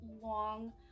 long